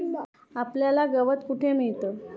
आपल्याला गवत कुठे मिळतं?